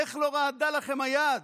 איך לא רעדה לכם היד?